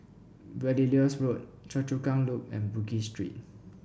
Belilios Road Choa Chu Kang Loop and Bugis Street